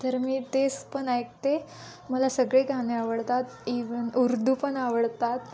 तर मी तेच पण ऐकते मला सगळे गाणे आवडतात ईव्हन उर्दू पण आवडतात